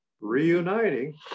reuniting